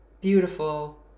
beautiful